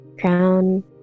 Crown